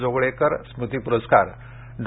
जोगळेकर स्मृती पुरस्कार डॉ